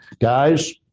Guys